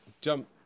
jump